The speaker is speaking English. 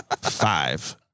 five